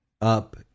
up